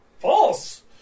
False